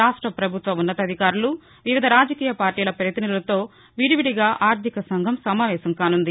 రాష్ట పభుత్వ ఉన్నతాధికారులు వివిధ రాజకీయ పార్టీల పతినిధులతో విడివిడిగా ఆర్థికసంఘం సమావేశం కాసుంది